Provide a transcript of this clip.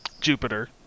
Jupiter